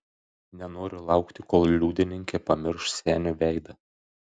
nenoriu laukti kol liudininkė pamirš senio veidą